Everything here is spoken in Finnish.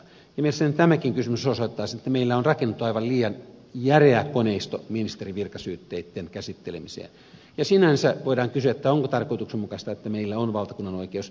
mielestäni tämäkin kysymys osoittaa sen että meillä on rakennettu aivan liian järeä koneisto ministerin virkasyytteitten käsittelemiseen ja sinänsä voidaan kysyä onko tarkoituksenmukaista että meillä on valtakunnanoikeus